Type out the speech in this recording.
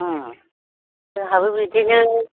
उम जोंहाबो बिदिनो